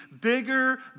bigger